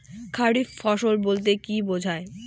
খারিফ ফসল বলতে কী বোঝায়?